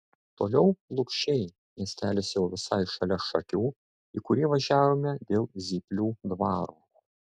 toliau lukšiai miestelis jau visai šalia šakių į kurį važiavome dėl zyplių dvaro